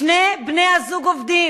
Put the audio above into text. שני בני-הזוג עובדים,